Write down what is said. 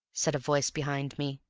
said a voice behind me.